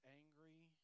angry